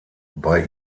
bei